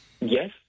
Yes